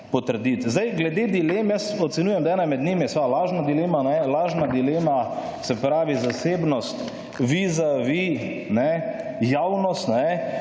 potrditi. Zdaj, glede dilem jaz ocenjujem, da ena med njimi je lažna dilema, se pravi zasebnost vizavi javnost,